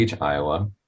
Iowa